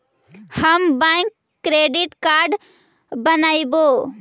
हम bank credit card बनैवो?